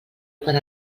per